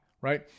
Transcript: right